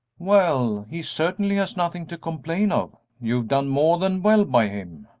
well, he certainly has nothing to complain of you've done more than well by him.